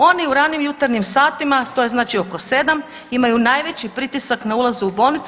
Oni u ranim jutarnjim satima, to je znači oko 7 imaju najveći pritisak na ulaze u bolnicu.